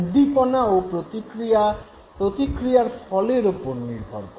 উদ্দীপনা ও প্রতিক্রিয়া প্রতিক্রিয়ার ফলের ওপর নির্ভর করে